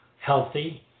healthy